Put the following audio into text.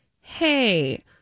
hey